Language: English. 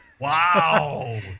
Wow